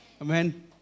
Amen